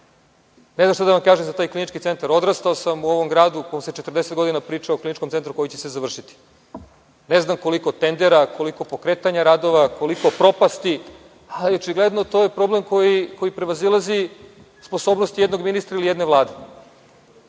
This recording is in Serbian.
znam šta da vam kažem za taj Klinički centar. Odrastao sam u ovom gradu u kom se 40 godina priča o Kliničkom centru koji će se završiti. Ne znam koliko tendera, koliko pokretanja radova, koliko propasti, ali očigledno to je problem koji prevazilazi sposobnost jednog ministra ili jedne Vlade.